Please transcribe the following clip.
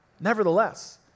Nevertheless